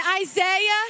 Isaiah